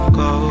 go